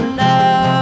love